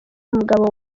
umugabo